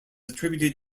attributed